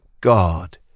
God